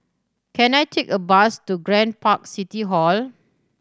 can I take a bus to Grand Park City Hall